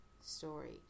story